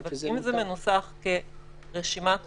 אבל אם זה מנוסח כרשימת חובה,